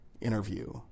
interview